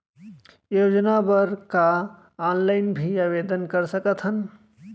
योजना बर का ऑनलाइन भी आवेदन कर सकथन?